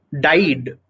died